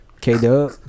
K-Dub